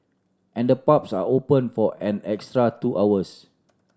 and the pubs are open for an extra two hours